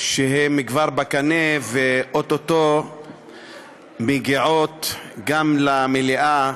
שהם כבר בקנה ואו-טו-טו מגיעים גם למליאה,